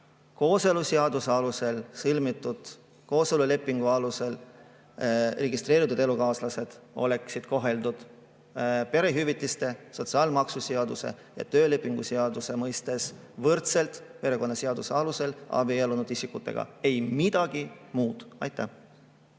kooseluseaduse alusel sõlmitud kooselulepingu alusel registreeritud elukaaslased oleksid koheldud perehüvitiste seaduse, sotsiaalmaksuseaduse ja töölepingu seaduse mõistes võrdselt perekonnaseaduse alusel abiellunud isikutega. Ei midagi muud. Rene